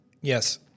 Yes